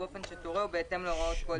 באופן שתורה ובהתאם להוראות כל דין.